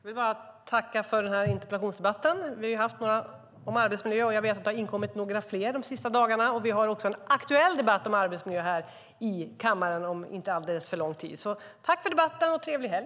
Herr talman! Jag tackar för denna interpellationsdebatt. Jag har besvarat interpellationer om arbetsmiljön tidigare, och jag vet att det har inkommit några fler de senaste dagarna. Vi har också en aktuell debatt om arbetsmiljön i kammaren den 3 december. Tack för debatten och trevlig helg!